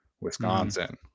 wisconsin